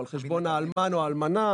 או על חשבון האלמן או האלמנה,